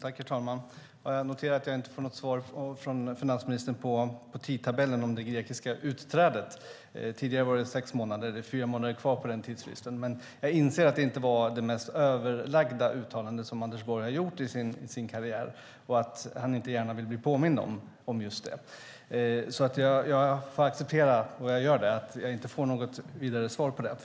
Herr talman! Jag noterar att jag inte får något svar från finansministern om tidtabellen för det grekiska utträdet. Tidigare var det sex månader; det är fyra månader kvar av den tidsfristen. Jag inser dock att det inte var det mest överlagda uttalandet som Anders Borg har gjort i sin karriär och att han inte gärna vill bli påmind om just detta. Jag accepterar därför att jag inte får något vidare svar på det.